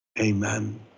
Amen